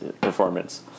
performance